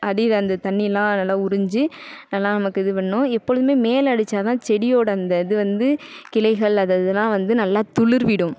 அடியில் அந்த தண்ணி எல்லாம் நல்லா உறிஞ்சு நல்லா நமக்கு இது பண்ணும் எப்போழுதும் மேலே அடித்தா தான் செடியோடு அந்த இது வந்து கிளைகள் அது அதெலாம் வந்து நல்லா துளிர்விடும்